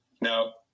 Now